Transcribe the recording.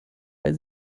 weil